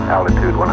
Altitude